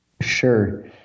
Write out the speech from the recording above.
Sure